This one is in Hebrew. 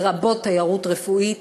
לרבות תיירות רפואית.